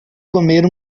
comer